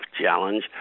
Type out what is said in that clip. Challenge